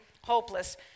hopeless